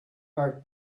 are